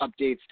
updates